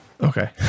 Okay